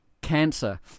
cancer